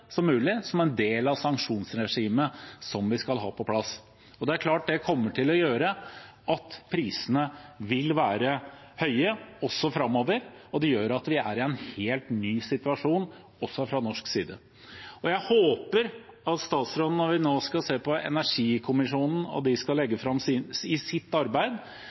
som mulig, som en del av sanksjonsregimet som vi skal ha på plass. Det er klart at det kommer til å gjøre at prisene vil være høye også framover, og det gjør at vi er i en helt ny situasjon, også fra norsk side. Jeg håper at statsråden vil sørge for, når vi nå skal se på energikommisjonen, og de skal legge fram sitt arbeid, at de også får i